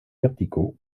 verticaux